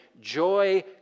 Joy